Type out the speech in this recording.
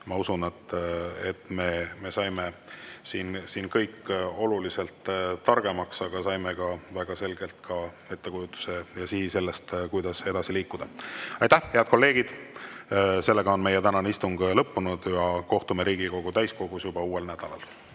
Ma usun, et me saime siin kõik oluliselt targemaks, aga saime väga selgelt ka ettekujutuse sellest, kuidas edasi liikuda. Aitäh, head kolleegid! Meie tänane istung on lõppenud. Kohtume Riigikogu täiskogus juba uuel nädalal.